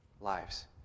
lives